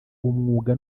umwuga